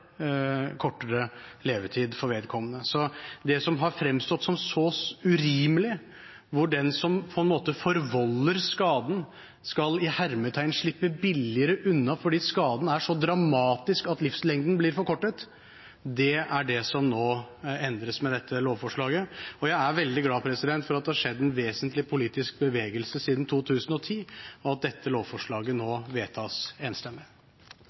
kortere levetid for vedkommende. Det som har fremstått som så urimelig, nemlig at den som forvolder skaden, skal «slippe billigere unna» fordi skaden er så dramatisk at livslengden blir forkortet, endres nå med dette lovforslaget. Jeg er veldig glad for at det har skjedd en vesentlig politisk bevegelse siden 2010, og at dette lovforslaget nå vedtas enstemmig.